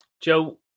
Joe